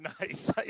nice